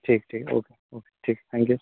ठीक ठीक okay okay ठीक थैंक यू